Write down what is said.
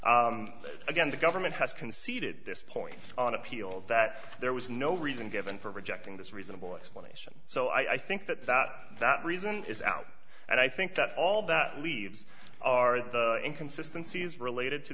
again the government has conceded this point on appeal that there was no reason given for rejecting this reasonable explanation so i think that that reason is out and i think that all that leaves are the inconsistency is related to